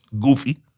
Goofy